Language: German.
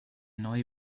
neue